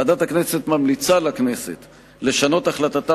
ועדת הכנסת ממליצה לכנסת לשנות את החלטתה